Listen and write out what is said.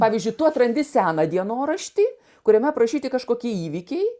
pavyzdžiui tu atrandi seną dienoraštį kuriame aprašyti kažkokie įvykiai